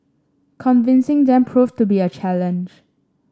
convincing them proved to be a challenge